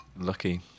lucky